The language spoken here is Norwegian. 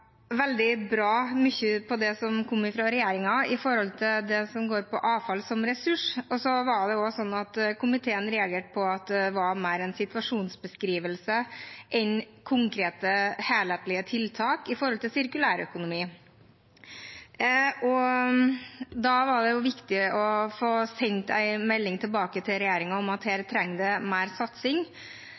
veldig bra, mye av det som kom fra regjeringen som handlet om avfall som ressurs, men så var det også slik at komiteen reagerte på at det som handlet om sirkulærøkonomi, var mer en situasjonsbeskrivelse enn konkrete, helhetlige tiltak. Da var det viktig å få sendt en melding tilbake til regjeringen om at her trengs det mer satsing,